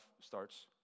starts